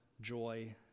joy